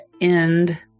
end